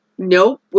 Nope